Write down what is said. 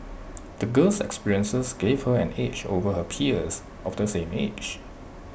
the girl's experiences gave her an edge over her peers of the same age